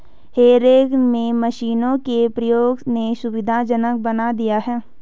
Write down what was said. हे rake में मशीनों के प्रयोग ने सुविधाजनक बना दिया है